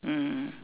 mm